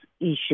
issue